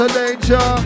danger